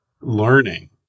learning